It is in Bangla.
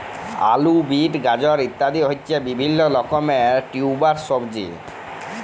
আলু, বিট, গাজর ইত্যাদি হচ্ছে বিভিল্য রকমের টিউবার সবজি